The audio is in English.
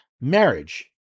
marriage